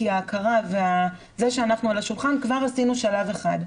כי ההכרה וזה שאנחנו על השולחן כבר עשינו שלב אחד.